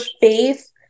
faith